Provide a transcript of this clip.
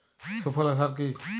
সুফলা সার কি?